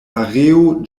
areo